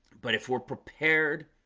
but if we're prepared